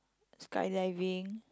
skydiving